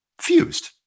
fused